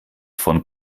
von